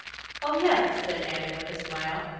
oh yes, said annie, with a smile.